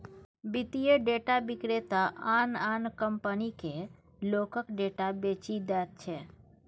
वित्तीय डेटा विक्रेता आन आन कंपनीकेँ लोकक डेटा बेचि दैत छै